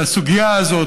את הסוגיה הזאת,